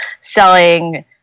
selling